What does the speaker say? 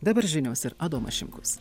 dabar žinios ir adomas šimkus